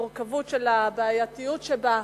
המורכבות שלה, הבעייתיות שבה.